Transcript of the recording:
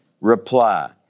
reply